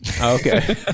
Okay